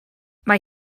mae